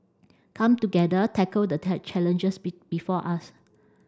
come together tackle the challenges be before us